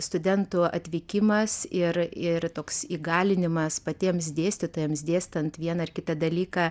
studentų atvykimas ir ir toks įgalinimas patiems dėstytojams dėstant vieną ar kitą dalyką